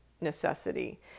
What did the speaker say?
necessity